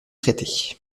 traitée